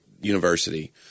university